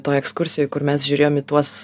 toj ekskursijoj kur mes žiūrėjom į tuos